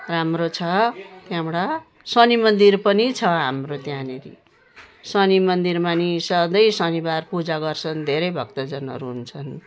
राम्रो छ त्यहाँबाट शनि मन्दिर पनि छ हाम्रो त्यहाँनेरि शनि मन्दिरमा नि सधैँ शनिवार पूजा गर्छन् धेरै भक्तजनहरू हुन्छन्